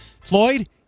floyd